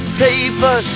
paper